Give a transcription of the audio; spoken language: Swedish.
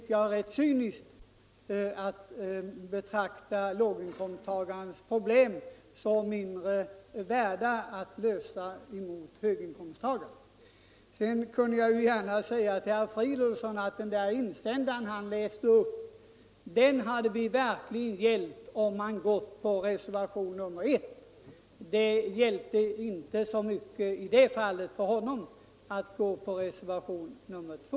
Det är rätt cyniskt att betrakta låginkomsttagarens problem som mindre angelägna att lösa än höginkomsttagarens. Sedan kan jag säga till herr Fridolfsson att om personen i den insändare han läste upp verkligen skulle ha blivit hjälpt måste det gällt reservationen 1. Det är däremot inte till mycket stöd för herr Fridolfsson om det gäller att tala för reservationen 2.